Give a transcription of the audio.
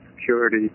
security